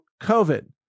COVID